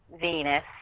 Venus